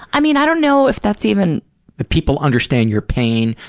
i mean, i don't know if that's even that people understand your pain,